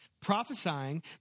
prophesying